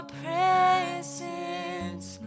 presence